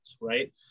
right